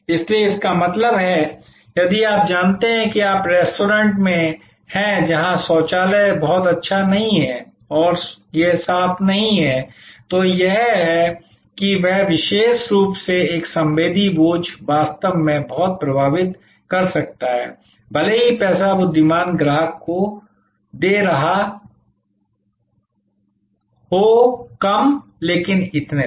इसलिए इसका मतलब है यदि आप जानते हैं कि आप एक रेस्तरां में हैं जहां शौचालय बहुत अच्छा नहीं है और यह साफ नहीं है तो यह है कि यह विशेष रूप से एक संवेदी बोझ वास्तव में बहुत प्रभावित कर सकता है भले ही पैसा बुद्धिमान ग्राहक को दे रहा हो कम और इतने पर